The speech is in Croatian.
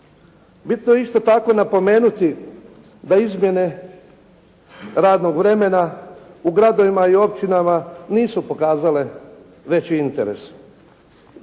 Bitno je isto tako napomenuti da izmjene radnog vremena u gradovima i općinama nisu pokazale veći interes,